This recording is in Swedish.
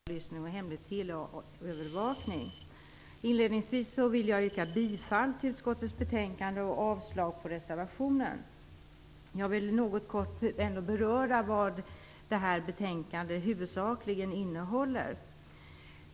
Fru talman! Vi behandlar nu justitieutskottets betänkande nr 20 om teleoperatörernas skyldigheter vid hemlig teleavlyssning och hemlig teleövervakning. Inledningsvis vill jag yrka bifall till utskottets hemställan och avslag på reservationen. Jag vill något kort ändå beröra vad detta betänkande huvudsakligen innehåller.